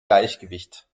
gleichgewicht